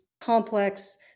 complex